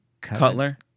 Cutler